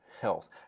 health